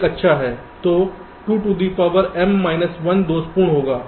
तो 2 to the power m minus 1 दोषपूर्ण होगा